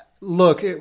look